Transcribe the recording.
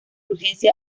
urgencia